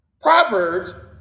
Proverbs